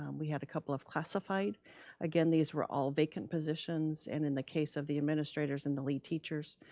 um we had a couple of classified again, these were all vacant positions and in the case of the administrators and the lead teachers,